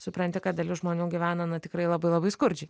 supranti kad dalis žmonių gyvena na tikrai labai labai skurdžiai